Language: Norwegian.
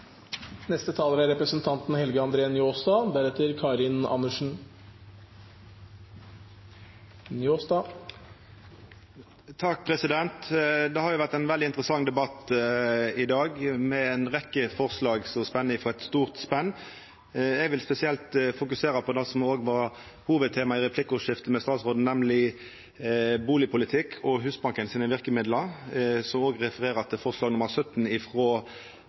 Det har vore ein veldig interessant debatt i dag, med ei rekkje forslag – med eit stort spenn. Eg vil spesielt fokusera på det som òg var hovudtemaet i replikkordskiftet med statsråden, nemleg bustadpolitikk og Husbankens verkemiddel, som òg refererer til forslag nr. 17,